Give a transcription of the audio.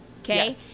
okay